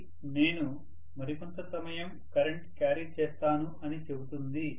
అది నేను మరికొంత సమయం కరెంట్ క్యారీ చేస్తాను అని చెబుతుంది